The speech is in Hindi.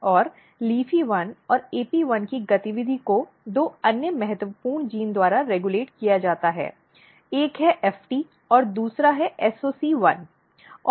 और LEAFY1 और AP1 की गतिविधि को दो अन्य महत्वपूर्ण जीन द्वारा रेग्यूलेट किया जाता है एक है FT और दूसरा है SOC1